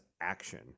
action